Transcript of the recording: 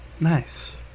Nice